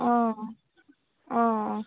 অঁ অঁ